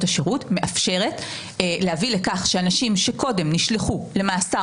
השירות מאפשרת להביא לכך שאנשים שקודם נשלחו למאסר